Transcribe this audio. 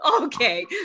okay